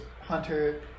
hunter